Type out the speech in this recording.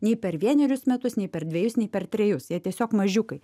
nei per vienerius metus nei per dvejus nei per trejus jie tiesiog mažiukai